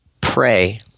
Pray